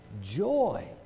joy